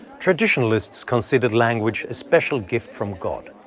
traditionalists considered language a special gift from god.